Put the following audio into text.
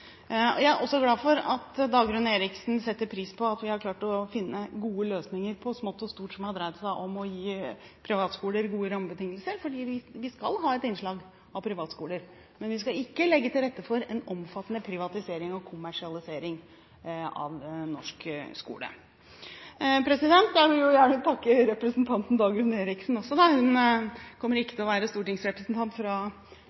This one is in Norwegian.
omfanget. Jeg er også glad for at Dagrun Eriksen setter pris på at vi har klart å finne gode løsninger på smått og stort som har dreid seg om å gi privatskoler gode rammebetingelser, for vi skal ha et innslag av privatskoler, men vi skal ikke legge til rette for en omfattende privatisering og kommersialisering av norsk skole. Jeg vil også gjerne takke representanten Dagrun Eriksen. Hun kommer ikke